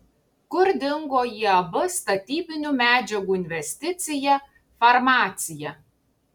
kur dingo iab statybinių medžiagų investicija farmacija